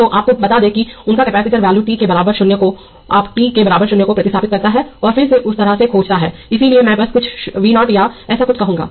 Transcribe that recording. तो आपको बता दें किउनका कैपेसिटर वैल्यू t के बराबर 0 को आप t के बराबर 0 को प्रतिस्थापित करता है और फिर उस तरह से खोजता है इसलिए मैं बस कुछ V0 या ऐसा कुछ कहूंगा